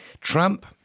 Trump